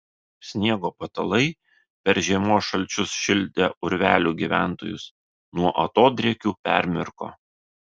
sniego patalai per žiemos šalčius šildę urvelių gyventojus nuo atodrėkių permirko